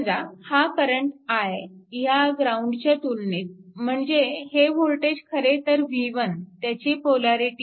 समजा हा current i ह्या ग्राउंडच्या तुलनेत म्हणजे हे वोल्टेज खरेतर v1 त्याची पोलॅरिटी